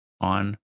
on